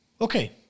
Okay